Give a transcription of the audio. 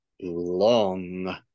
long